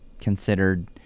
considered